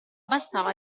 bastava